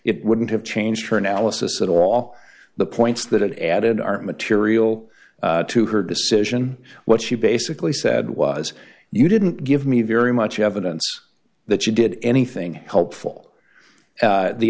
it wouldn't have changed her analysis at all the points that it added are material to her decision what she basically said was you didn't give me very much evidence that you did anything helpful